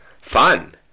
Fun